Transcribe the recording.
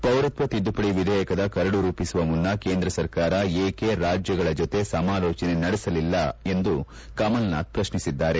ಪೌರತ್ವ ತಿದ್ದುಪಡಿ ವಿಧೇಯಕದ ಕರಡು ರೂಪಿಸುವ ಮುನ್ನ ಕೇಂದ್ರ ಸರ್ಕಾರ ಏಕೆ ರಾಜ್ಯಗಳ ಜೊತೆ ಸಮಾಲೋಚನೆ ನಡೆಸಲಿಲ್ಲ ಎಂದು ಕಮಲ್ನಾಥ್ ಪ್ರಶ್ನಿಸಿದ್ದಾರೆ